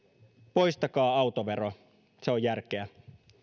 poistakaa autovero se on järkeä